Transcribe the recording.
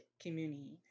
community